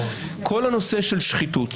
כל הנושא של שחיתות,